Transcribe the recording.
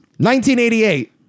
1988